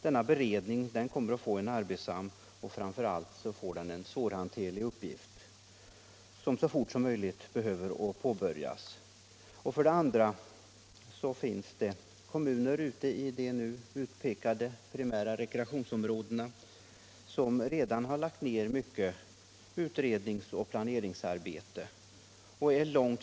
Denna beredning kommer att få en arbetsam och framför allt svårhanterlig uppgift, som så fort som möjligt behöver påbörjas. Det finns kommuner ute i de nu utpekade primära rekreationsområdena som redan har hunnit långt med utredningsoch planeringsarbetet.